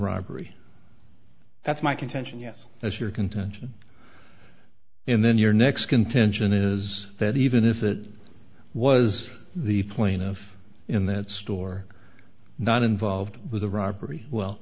robbery that's my contention yes that's your contention in then your next contention is that even if it was the plaintiff in the store not involved with the robbery well